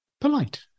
Polite